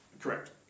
Correct